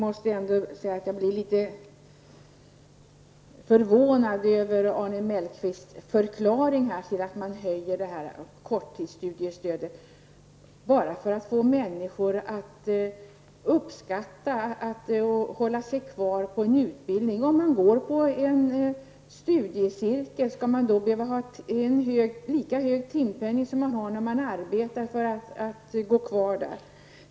Herr talman! Jag blev litet förvånad över Arne Mellqvists förklaring till höjningen av korttidsstudiestödet. Denna höjning skall företas bara för att få människor att uppskatta en utbildning och hålla sig kvar på den. Om man deltar i en studiecirkel, skall man då behöva ha en lika hög timpenning som man har när man arbetar, bara för att gå kvar och fullfölja denna studiecirkel?